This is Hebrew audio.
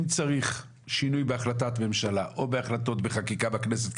אם צריך שינוי בהחלטת ממשלה או בהחלטות חקיקה בכנסת,